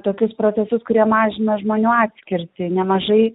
tokius procesus kurie mažina žmonių atskirtį nemažai